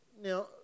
Now